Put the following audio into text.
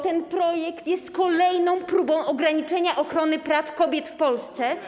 Ten projekt jest kolejną próbą ograniczenia ochrony praw kobiet w Polsce.